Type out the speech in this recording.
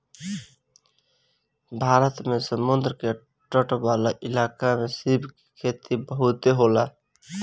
भारत में समुंद्र के तट वाला इलाका में सीप के खेती बहुते होला